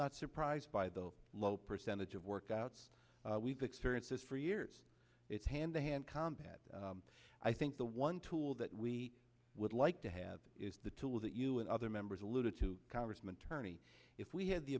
not surprised by the low percentage of workouts we've experiences for years it's hand to hand combat i think the one tool that we would like to have is the tools that you and other members alluded to congressman tourney if we had the